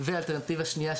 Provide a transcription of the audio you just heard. והאלטרנטיבה השנייה,